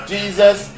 Jesus